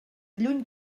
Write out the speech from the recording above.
lluny